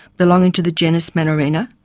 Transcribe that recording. belonging to the genus manorina.